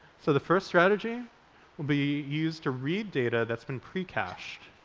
so the first strategy will be used to read data that's been pre-cached,